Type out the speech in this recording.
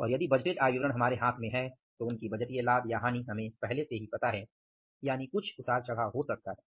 और यदि बजटेड आय विवरण हमारे हाथ में है तो उनकी बजटीय लाभ या हानि हमें पहले से ही पता है यानि कुछ उतार चढ़ाव हो सकता है